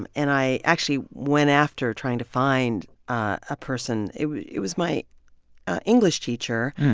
and and i actually went after trying to find a person. it it was my english teacher,